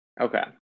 Okay